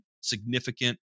significant